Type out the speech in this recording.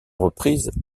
reprises